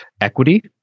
equity